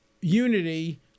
unity